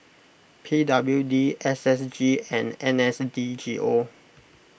P W D S S G and N S D G O